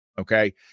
okay